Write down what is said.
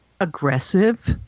aggressive